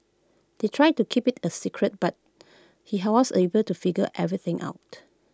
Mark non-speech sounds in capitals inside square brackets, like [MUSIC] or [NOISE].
they tried to keep IT A secret but he [UNINTELLIGIBLE] was able to figure everything out